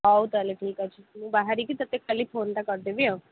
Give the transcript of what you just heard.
ହେଉ ତା'ହେଲେ ଠିକ୍ ଅଛି ମୁଁ ବାହାରିକି ତୋତେ ଖାଲି ଫୋନ୍ଟା କରିଦେବି ଆଉ